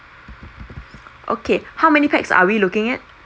okay how many pax are we looking at